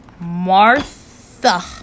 Martha